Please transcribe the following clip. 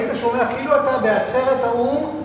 היית שומע כאילו אתה בעצרת האו"ם,